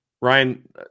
Ryan